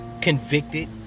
convicted